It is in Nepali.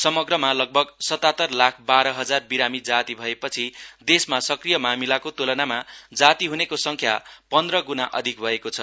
समग्रमा लगभग सतातर लाख बाट हजार विरामी जाति भए पछि देशमा सक्रिय मामिलाको तुलनामा जाति ह्नेको संख्या पन्द्र गुना अधिक भएको छ